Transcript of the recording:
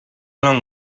long